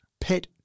pet